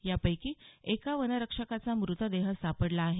यापैकी एका वनरक्षकाचा मृतदेह सापडला आहे